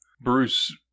Bruce